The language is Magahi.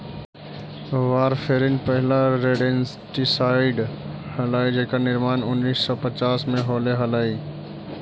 वारफेरिन पहिला रोडेंटिसाइड हलाई जेकर निर्माण उन्नीस सौ पच्चास में होले हलाई